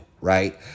right